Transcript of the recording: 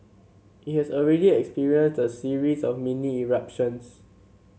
it has already experienced a series of mini eruptions